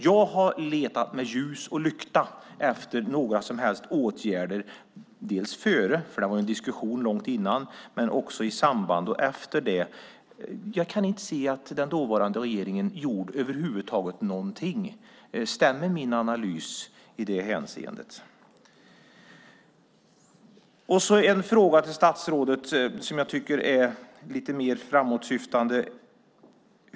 Jag har letat med ljus och lykta efter några som helst åtgärder som har vidtagits dels före detta, eftersom det var en diskussion långt tidigare, dels i samband med och efter detta. Jag kan inte se att den dåvarande regeringen över huvud taget gjorde någonting. Stämmer min analys i detta hänseende? Jag vill ställa en lite mer framåtsyftande fråga till statsrådet.